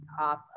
off